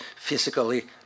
physically